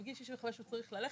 בגיל 65 הוא צריך ללכת,